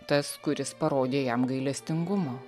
tas kuris parodė jam gailestingumo